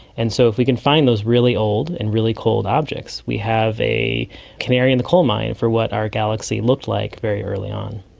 and so if we can find those really old and really cold objects we have a canary in the coalmine for what our galaxy looked like very early on.